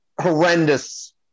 horrendous